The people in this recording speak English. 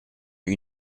who